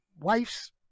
wife's